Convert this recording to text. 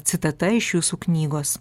citata iš jūsų knygos